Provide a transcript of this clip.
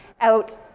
out